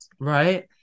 Right